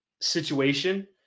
situation